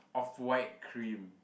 off-white cream